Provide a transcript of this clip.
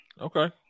Okay